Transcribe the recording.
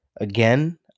again